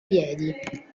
piedi